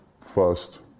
first